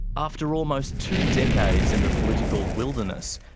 after almost two decades in the political wilderness,